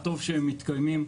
טוב שהם מתקיימים,